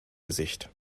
gesicht